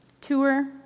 Tour